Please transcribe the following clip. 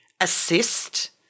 assist